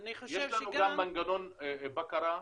יש לנו גם מנגנון בקרה,